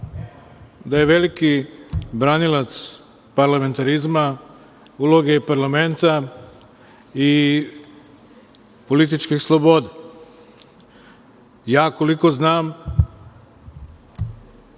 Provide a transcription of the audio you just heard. da je veliki branilac parlamentarizma, uloge parlamenta i političkih sloboda. Koliko ja